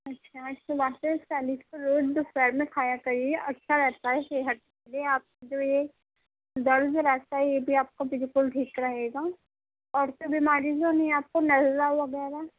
اچھا اِس کے واسطے سیلڈ روز دوپہر میں کھایا کریے اچھا رہتا ہے صحت کے لیے آپ کو جو یہ درد رہتا ہے یہ بھی آپ کا بالکل ٹھیک رہے گا اور کوئی بیماری تو نہیں ہے آپ کو نزلہ وغیرہ